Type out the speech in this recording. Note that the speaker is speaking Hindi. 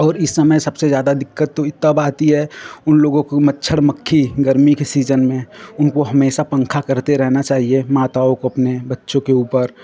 और इस समय सबसे ज़्यादा दिक्कत तो तब आती है उनलोगों को मच्छर मक्खी गर्मी के सीज़न में उनको हमेशा पन्खा करते रहना चाहिए माताओं को अपने बच्चों के ऊपर